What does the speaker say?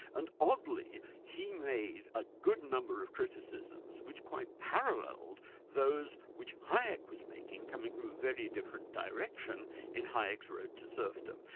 and oddly, he made a good number of criticisms which quite paralleled those which hayek was making, coming from a very different direction in hayek's road to serfdom.